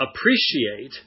appreciate